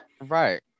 Right